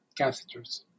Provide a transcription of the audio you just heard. catheters